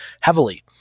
heavily